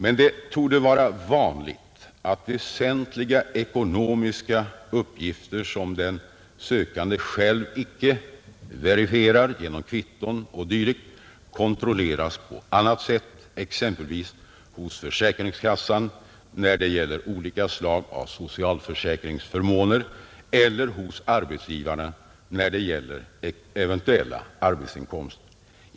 Men det torde vara vanligt att väsentliga ekonomiska uppgifter som den sökande själv icke verifierar genom kvitton och dylikt kontrolleras på annat sätt, exempelvis hos försäkringskassan när det gäller olika slag av socialförsäkringsförmåner eller hos arbetsgivarna när det gäller eventuella arbetsinkomster.